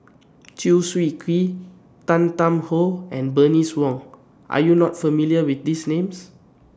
Chew Swee Kee Tan Tarn How and Bernice Wong Are YOU not familiar with These Names